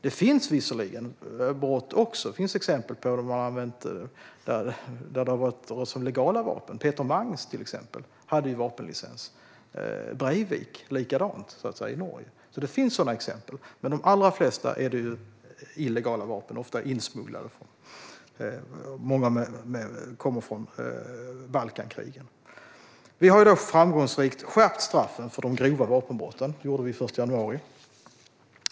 Det finns visserligen exempel på brott där legala vapen har använts - Peter Mangs hade till exempel vapenlicens, liksom Breivik i Norge - men i de allra flesta fall används illegala vapen. Ofta är de insmugglade, och många kommer från Balkankrigen. Vi har framgångsrikt skärpt straffen för de grova vapenbrotten - det gjorde vi den 1 januari.